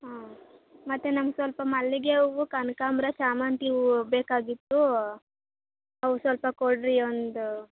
ಹಾಂ ಮತ್ತೆ ನಮಗೆ ಸ್ವಲ್ಪ ಮಲ್ಲಿಗೆ ಹೂವು ಕನಕಾಂಬರ ಶ್ಯಾಮಂತಿ ಹೂವು ಬೇಕಾಗಿತ್ತು ಅವು ಸ್ವಲ್ಪ ಕೊಡಿ ಒಂದು